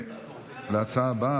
להצעה הבאה,